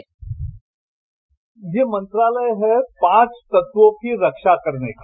bite ये मंत्रालय है पांच तत्वों की रक्षा करने का